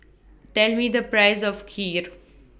Tell Me The Price of Kheer